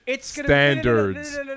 standards